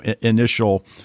initial